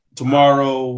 tomorrow